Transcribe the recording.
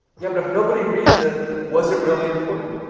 yeah, but if nobody reads it, was it really important?